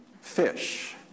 fish